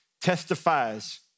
testifies